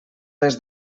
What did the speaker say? les